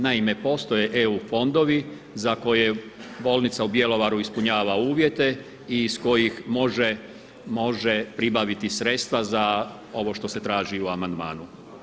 Naime, postoje eu fondovi za koje Bolnica u Bjelovaru ispunjava uvjete i iz kojih može pribaviti sredstva za ovo što se traži u amandmanu.